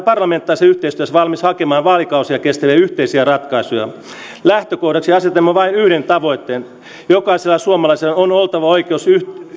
parlamentaarisessa yhteistyössä valmis hakemaan vaalikausia kestäviä yhteisiä ratkaisuja lähtökohdaksi asetamme vain yhden tavoitteen jokaisella suomalaisella on oltava oikeus